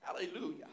Hallelujah